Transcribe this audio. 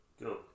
Go